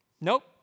Nope